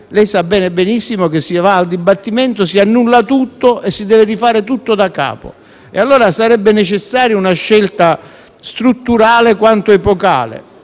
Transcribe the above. signor Ministro, che si va al dibattimento, si annulla tutto e si deve rifare tutto da capo. Sarebbe allora necessaria una scelta strutturale quanto epocale: